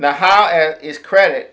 now how is credit